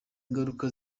ngaruka